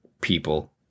people